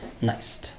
nice